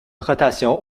rotation